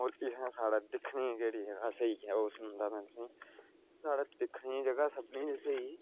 होर इ'त्थें साढ़े दिक्खने ई केह्ड़ी जगह् स्हेई ऐ ओह् सनांदा में तुसें ई साढ़े दिक्खने ई जगह् सभनें शा स्हेई